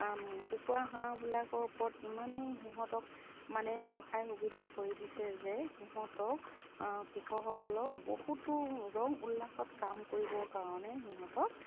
কুকুৰা হাঁহবিলাকৰ ওপৰত ইমানেই সিহঁতক মানে সহায় সুবিধা কৰি দিছে যে সিহঁতক কৃষকসকলক বহুতো ৰং উল্লাসত কাম কৰিবৰ কাৰণে সিহঁতক